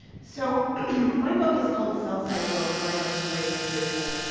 so my book is called south side girls growing up in the great migration.